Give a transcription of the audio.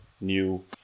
new